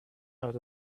out